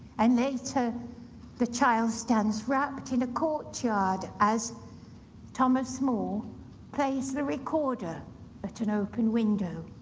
and later the child stands wrapped in a courtyard as thomas more plays the recorder at an open window.